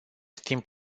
timp